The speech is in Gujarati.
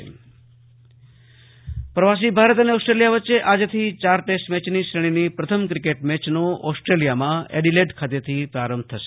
આશુતોષ અંતાણી ક્રિકેટ પ્રવાસી ભારત અને ઓસ્ટ્રેલીયા વચ્ચે આજથી ચાર ટેસ્ટ મેચની શ્રેણીની પ્રથમ ક્રિકેટ મેયનો એડીલેડ ખાતેથી પ્રારંભ થશે